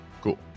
Cool